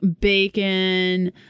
bacon